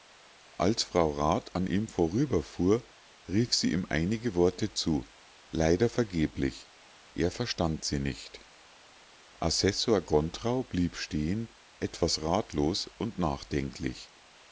als frau rat an ihm vorüberfuhr rief sie ihm einige worte zu leider vergeblich er verstand sie nicht assessor gontrau blieb stehen etwas ratlos und nachdenklich